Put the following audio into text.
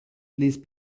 please